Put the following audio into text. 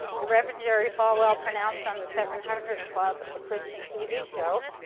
the reverend jerry falwell pronounced on the seven hundred club, the christian tv show